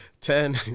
ten